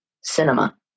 cinema